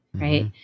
right